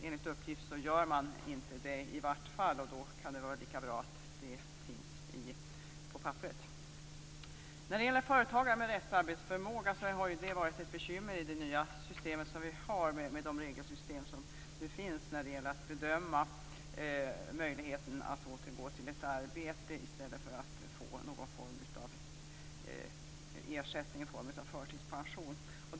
Enligt uppgift gör man ändå inte det. Därför kan det vara lika bra att detta finns på papperet. Frågan om företagare med restarbetsförmåga har varit ett bekymmer i det nya systemet med de regler som nu finns när det gäller att bedöma möjligheten att återgå till arbete i stället för att få någon sorts av ersättning i form av förtidspension.